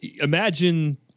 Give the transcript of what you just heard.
imagine